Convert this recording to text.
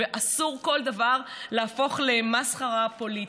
ואסור להפוך כל דבר למסחרה פוליטית.